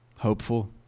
Hopeful